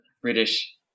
British